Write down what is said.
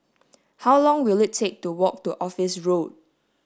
how long will it take to walk to Office Road